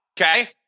Okay